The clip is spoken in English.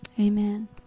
amen